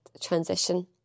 transition